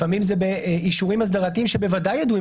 לפעמים זה באישורים אסדרתיים שבוודאי ידועים